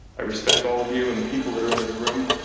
i respect all of you and the people that are in this room.